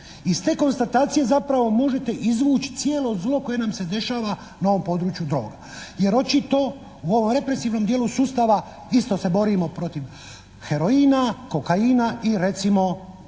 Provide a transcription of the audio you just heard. Iz te konstatacije zapravo možete izvući cijelo zlo koje nam se dešava na ovom području droga. Jer očito u ovom represivnom dijelu sustava isto se borimo protiv heroina, kokaina i recimo